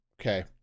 okay